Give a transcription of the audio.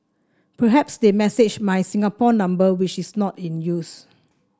perhaps they messaged my Singapore number which is not in use